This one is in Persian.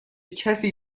کسی